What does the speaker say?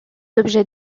objets